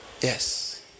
Yes